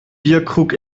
bierkrug